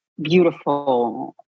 beautiful